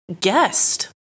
guest